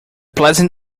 pleasant